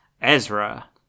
Ezra